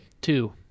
Two